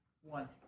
one